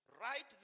right